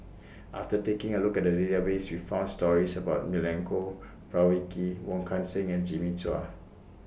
after taking A Look At The Database We found stories about Milenko Prvacki Wong Kan Seng and Jimmy Chua